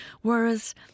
Whereas